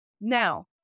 Now